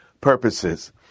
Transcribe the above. purposes